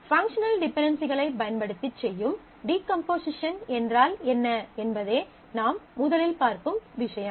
functional டிபென்டென்சிகளைப் பயன்படுத்திச் செய்யும் டீகம்போசிஷன் என்றால் என்ன என்பதே நாம் முதலில் பார்க்கும் விஷயம்